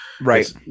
Right